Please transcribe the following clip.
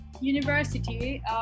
university